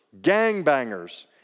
gangbangers